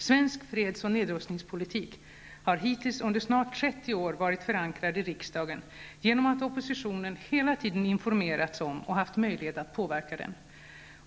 Svensk freds och nedrustningspolitik har hittills under snart 30 år varit förankrad i riksdagen genom att oppositionen hela tiden informerats om och haft möjlighet att påverka den.